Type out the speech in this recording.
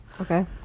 okay